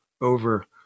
over